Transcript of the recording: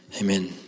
amen